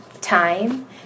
time